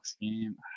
game